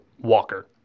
Walker